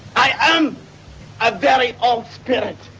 i am a very old spirit.